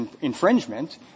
infringement